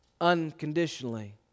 unconditionally